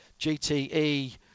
GTE